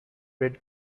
red